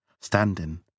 Standing